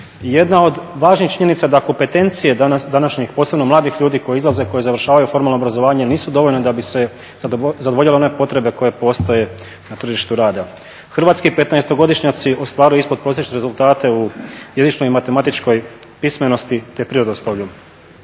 Jedna od važnih činjenica da kompetencije današnjih, posebno mladih ljudi koji izlaze, koji završavaju formalno obrazovanje nisu dovoljne da bi se zadovoljile one potrebe koje postoje na tržištu rada. Hrvatski petnaestogodišnjaci ostvaruju ispod prosječne rezultate u jezičnoj i matematičkoj pismenosti, te prirodoslovlju.